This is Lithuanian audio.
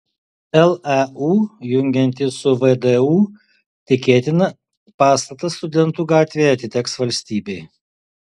leu jungiantis su vdu tikėtina pastatas studentų gatvėje atiteks valstybei